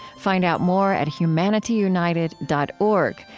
find out more at humanityunited dot org,